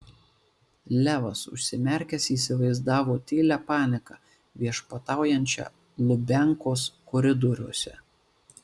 levas užsimerkęs įsivaizdavo tylią paniką viešpataujančią lubiankos koridoriuose